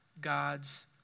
God's